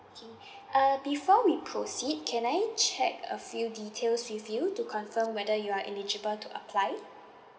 uh before we proceed can I check a few details with you to confirm whether you are eligible to apply